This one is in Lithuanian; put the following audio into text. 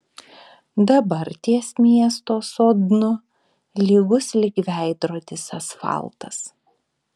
dabar ties miesto sodnu lygus lyg veidrodis asfaltas